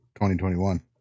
2021